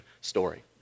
story